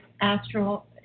astral